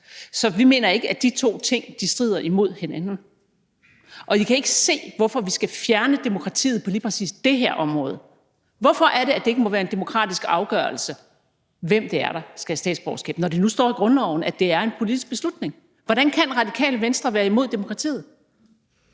Så vi mener ikke, at de to ting strider imod hinanden. Og jeg kan ikke se, hvorfor vi skal fjerne demokratiet på lige præcis det her område. Hvorfor må det ikke være en demokratisk afgørelse, hvem det er, der skal have statsborgerskab, når det nu står i grundloven, at det er en politisk beslutning? Hvordan kan Det Radikale Venstre være imod demokratiet?